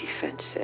defensive